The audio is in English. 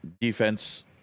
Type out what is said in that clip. defense